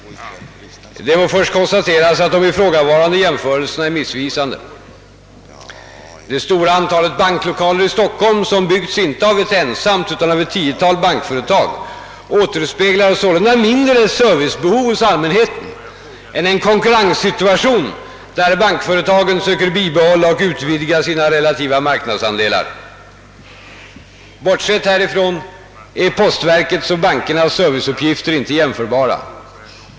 Det må först konstateras, att de ifrågavarande jämförelser na är missvisande. Det stora antalet banklokaler i Stockholm, som byggts inte av ett ensamt utan av ett tiotal bankföretag, återspeglar sålunda mindre ett servicebehov hos allmänheten än en konkurrenssituation, där bankföretagen söker bibehålla och utvidga sina relativa marknadsandelar. Bortsett härifrån är postverkets och bankernas serviceuppgifter inte jämförbara.